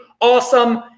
awesome